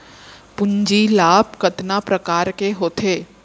पूंजी लाभ कतना प्रकार के होथे?